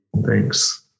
Thanks